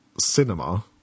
cinema